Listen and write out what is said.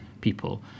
people